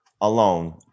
alone